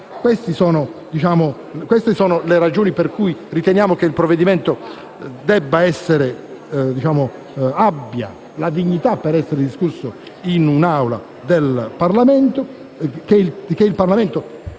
Queste sono le ragioni per cui riteniamo che il provvedimento abbia la dignità per essere discusso in un'Aula del Parlamento